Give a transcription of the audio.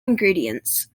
ingredients